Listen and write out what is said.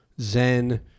Zen